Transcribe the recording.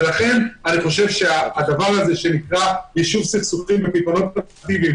לכן אני חושב שהדבר הזה שנקרא ישוב סכסוכים בפתרונות אקטיביים,